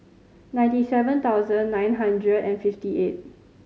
ninety seven thousand nine hundred and fifty eight